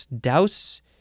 Douse